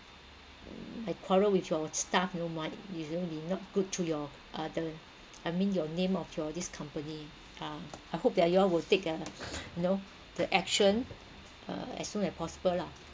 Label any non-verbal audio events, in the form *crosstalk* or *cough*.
mm like quarrel with your staff you know might you know be not good to your uh the I mean your name of your this company ah I hope that you all will take uh *laughs* you know the action uh as soon as possible lah